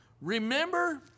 Remember